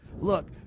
Look